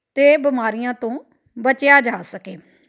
ਅਤੇ ਬਿਮਾਰੀਆਂ ਤੋਂ ਬਚਿਆ ਜਾ ਸਕੇ